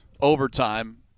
overtime